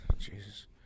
Jesus